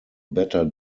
better